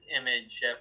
image